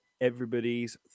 everybody's